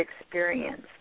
experience